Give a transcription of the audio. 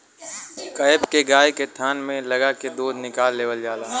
cap के गाय के थान में लगा के दूध निकाल लेवल जाला